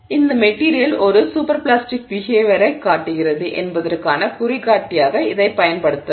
இந்த மெட்டிரியல் ஒரு super plastic பிஹேவியரைக் காட்டுகிறது என்பதற்கான குறிகாட்டியாக இதைப் பயன்படுத்தலாம்